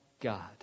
God